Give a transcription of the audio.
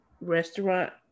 restaurant